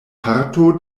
parto